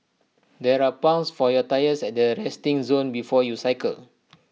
there are pumps for your tyres at the resting zone before you cycle